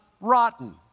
rotten